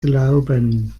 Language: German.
glauben